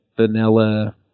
vanilla